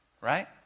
right